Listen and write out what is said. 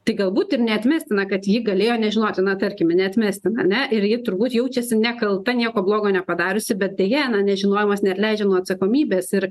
tai galbūt ir neatmestina kad ji galėjo nežinoti na tarkime neatmestina ane ir ji turbūt jaučiasi nekalta nieko blogo nepadariusi bet deja nežinojimas neatleidžia nuo atsakomybės ir